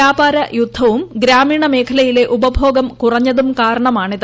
വ്യാപാര യുദ്ധവും ഗ്രാമീണ മേഖലയിലെ ഉപഭോഗം കുറഞ്ഞുത്തും കാരണമാണിത്